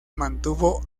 mantuvo